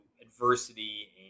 adversity